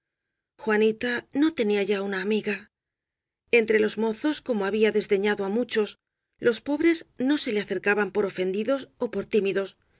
juanita no tenía ya una amiga entre los mozos como había desdeñado á muchos los pobres no se le acercaban por ofendidos ó por tímidos y